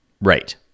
right